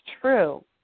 true